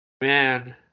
Man